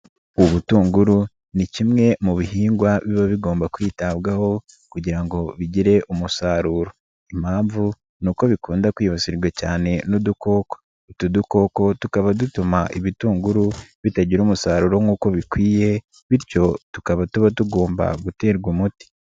Ubutunguru ni kimwe mu bihingwa biba bigomba kwitabwaho kugira ngo bigire umusaruro. Impamvu ni uko bikunda kwibasirwa cyane n'udukoko, utu dukoko tukaba dutuma ibitunguru bitagira umusaruro nk'uko bikwiye, bityo tukaba tuba tugomba guterwa umuti.